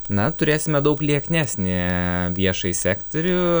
na turėsime daug lieknesnį viešąjį sektorių